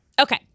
Okay